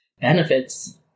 benefits